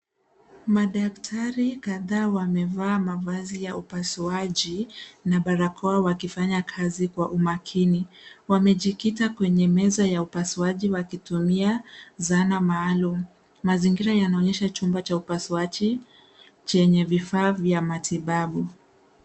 Madaktari kadhaa wamevaa mavazi ya upasuaji, na barakoa wakifanya kazi kwa umakini. Wamejikita kwenye meza ya upasuaji wakitumia, zana maalum, mazingira yanaonyesha chumba cha upasuaji, chenye vifaa vya matibabu.